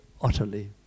utterly